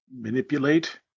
Manipulate